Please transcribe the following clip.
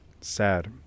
sad